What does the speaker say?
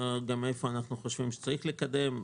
גם איפה אנחנו חושבים שצריך לקדם.